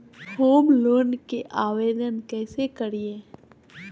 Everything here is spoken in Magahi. होम लोन के आवेदन कैसे करि?